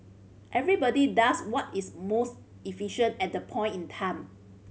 everybody does what is most efficient at that point in time